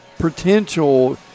potential